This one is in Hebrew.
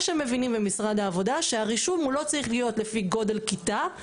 או שהם מבינים במשרד העבודה שהרישום הוא לא צריך להיות לפי גודל כיתה,